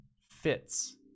fits